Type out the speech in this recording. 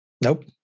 Nope